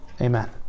Amen